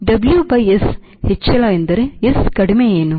WS ಹೆಚ್ಚಳ ಎಂದರೆ S ಕಡಿಮೆ ಏನು